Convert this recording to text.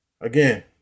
Again